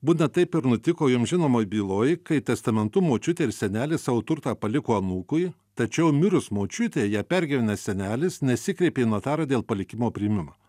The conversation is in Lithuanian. būtent taip ir nutiko jums žinomoj byloj kai testamentu močiutė ir senelis savo turtą paliko anūkui tačiau mirus močiutei ją pergyvenęs senelis nesikreipė į notarą dėl palikimo priėmimo